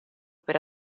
per